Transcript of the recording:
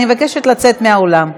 אני מבקשת לצאת מהאולם.